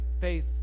faith